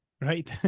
right